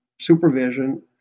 supervision